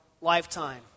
lifetime